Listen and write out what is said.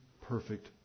perfect